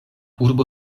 urbo